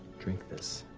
drink this.